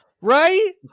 right